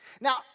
Now